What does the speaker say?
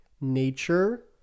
nature